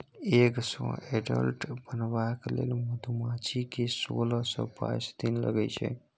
egg सँ adult बनबाक लेल मधुमाछी केँ सोलह सँ बाइस दिन लगै छै